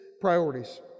priorities